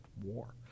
war